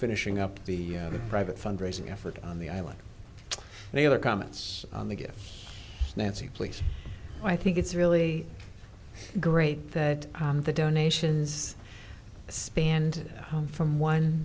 finishing up the private fundraising effort on the island and the other comments on the gifts nancy please i think it's really great that the donations spanned from one